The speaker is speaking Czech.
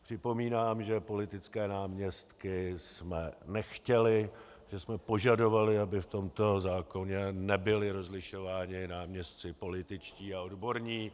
Připomínám, že politické náměstky jsme nechtěli, že jsme požadovali, aby v tomto zákoně nebyli rozlišováni náměstci političtí a odborní.